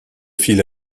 file